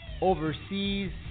overseas